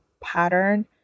pattern